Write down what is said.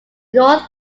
north